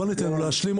בוא ניתן לו להשלים,